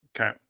Okay